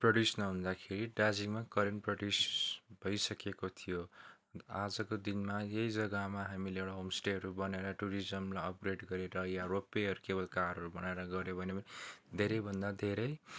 produce नहुँदाखेरि दार्जिलिङमा current produce भइसकेको थियो आजको दिनमा यही जग्गामा हामीले एउटा होमस्टेहरू बनाएर टुरिज्मलाई अपग्रेड गरेर यहाँ रोपे वे केबल कारहरू बनाएर गऱ्यो भने धेरैभन्दा धेरै